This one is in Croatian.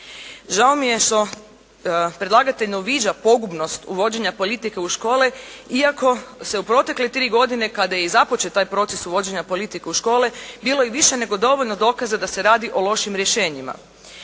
Žao mi je što predlagatelj ne uviđa pogubnost uvođenja politike u škole iako se u protekle tri godine kad je i započet taj proces uvođenja politike u škole bilo i više nego dovoljno dokaza da se radi o lošim rješenjima.